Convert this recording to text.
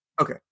okay